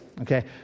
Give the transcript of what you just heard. okay